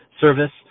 service